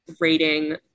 rating